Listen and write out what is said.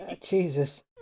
Jesus